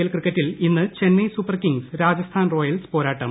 L ക്രിക്കറ്റിൽ ഇന്ന് Chennai Super Kings Rajasthan Royals പോരാട്ടം